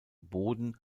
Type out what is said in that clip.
boden